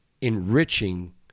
enriching